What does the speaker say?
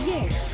Yes